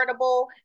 affordable